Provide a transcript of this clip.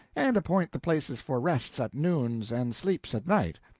and appoint the places for rests at noons and sleeps at night.